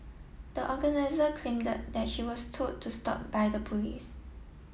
the organiser claimed that that she was told to stop by the police